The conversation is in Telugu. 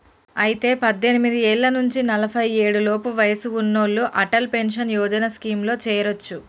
అయితే పద్దెనిమిది ఏళ్ల నుంచి నలఫై ఏడు లోపు వయసు ఉన్నోళ్లు అటల్ పెన్షన్ యోజన స్కీమ్ లో చేరొచ్చు